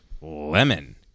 lemon